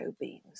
beans